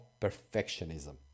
perfectionism